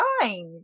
fine